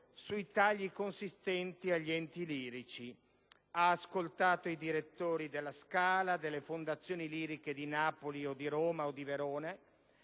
sui tagli consistenti agli enti lirici, ha ascoltato i direttori della Scala, delle fondazioni liriche di Napoli, di Roma e di Verona,